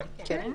כן.